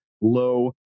low